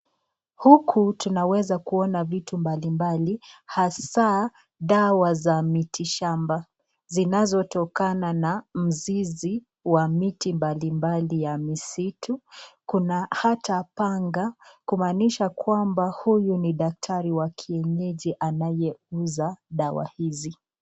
Huku tunaweza kuona vitu mbalimbali hasa dawa za miti shamba, zinazotokana na mzizi wa miti mbalimbali ya misitu. Kuna hata panga, kumaanisha kwamba huyu ni daktari wa kienyeji anayeuza dawa hizi.